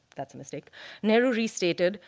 that's a mistake nehru restated,